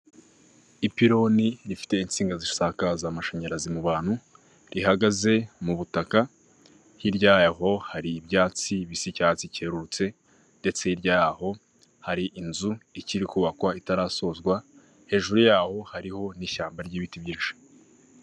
Ipironi rifite insinga zisakaza amashanyarazi mu bantu, rihagaze mu butaka, hirya yaho hari ibyatsi bisi icyatsi cyerurutse, ndetse hirya yaho hari inzu ikiri kubakwa itarasozwa hejuru yaho hariho n'ishyamba ry'ibiti byinshi.